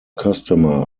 customer